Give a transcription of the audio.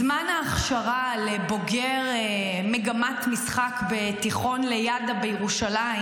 זמן ההכשרה לבוגר מגמת משחק בתיכון ליד"ה בירושלים